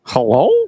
Hello